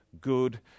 good